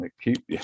keep